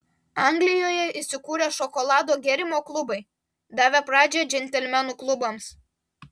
anglijoje įsikūrė šokolado gėrimo klubai davę pradžią džentelmenų klubams